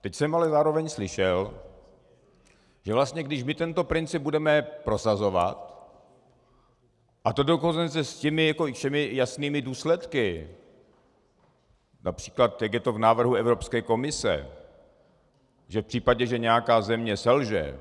Teď jsem ale zároveň slyšel, že vlastně když my tento princip budeme prosazovat, a to dokonce s těmi všemi jasnými důsledky, např. tak jak je to v návrhu Evropské komise, že v případě, že nějaká země selže,